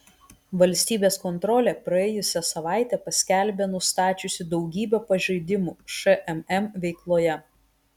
valstybės kontrolė praėjusią savaitę paskelbė nustačiusi daugybę pažeidimų šmm veikloje